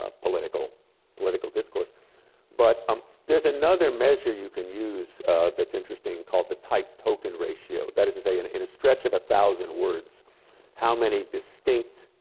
ah political political discourse but um there's another measure you can use that's interesting, called the type-token ratio. that is to say, and in a stretch of a thousand words how many distinct